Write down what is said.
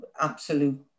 absolute